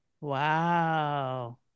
Wow